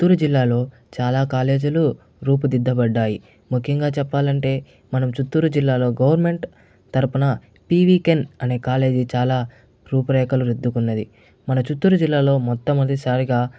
చిత్తూరు జిల్లాలో చాలా కాలేజీలు రూపుదిద్దబడ్డాయి ముఖ్యంగా చెప్పాలంటే మనం చిత్తూరు జిల్లాలో గవర్నమెంట్ తరపున పీవీకెన్ అనే కాలేజీ చాలా రూపురేఖలు దిద్దుకొన్నది మన చిత్తూరు జిల్లాలో మొట్టమొదటిసారిగా